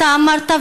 אתה אמרת,